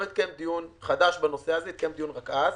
לא התקיים דיון חדש בנושא הזה, התקיים דיון רק אז.